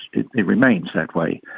it it remains that way.